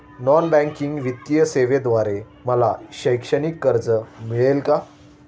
Non banking वित्तीय सेवेद्वारे मला शैक्षणिक कर्ज मिळेल का?